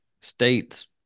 states